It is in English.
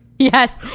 Yes